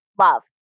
love